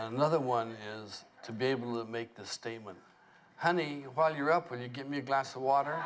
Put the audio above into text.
another one is to be able to make the statement honey while you're up when you get me a glass of water